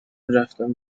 رفتم